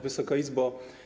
Wysoka Izbo!